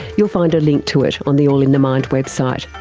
you'll find a link to it on the all in the mind website.